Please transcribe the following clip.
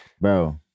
bro